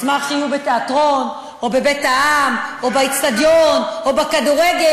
אשמח שהם יהיו בתיאטרון או בבית-העם או באצטדיון או בכדורגל,